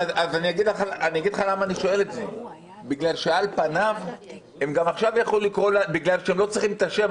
אני שואל את זה בגלל שהם לא צריכים את השם.